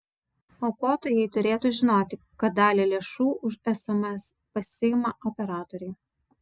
aukotojai turėtų žinoti kad dalį lėšų už sms pasiima operatoriai